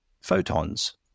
photons